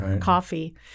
coffee